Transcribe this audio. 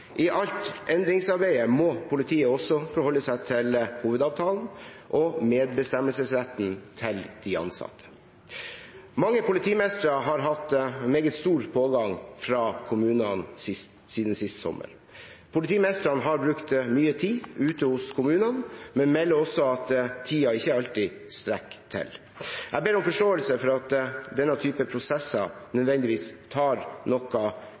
I alt endringsarbeidet må politiet også forholde seg til hovedavtalen og medbestemmelsesretten til de ansatte. Mange politimestre har hatt meget stor pågang fra kommunene siden sist sommer. Politimestrene har brukt mye tid ute hos kommunene, men melder også at tiden ikke alltid strekker til. Jeg ber om forståelse for at denne typen prosesser nødvendigvis tar noe